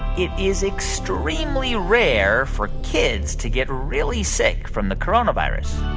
it is extremely rare for kids to get really sick from the coronavirus?